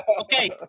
Okay